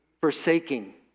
forsaking